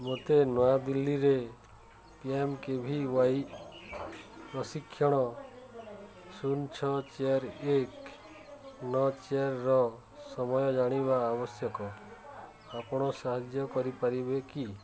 ମୋତେ ନୂଆ ଦିଲ୍ଲୀରେ P M K V Y ପ୍ରଶିକ୍ଷଣ ଶୂନ ଛଅ ଚାରି ଏକ ନଅ ଚାରିର ସମୟ ଜାଣିବା ଆବଶ୍ୟକ ଆପଣ ସାହାଯ୍ୟ କରିପାରିବେ କି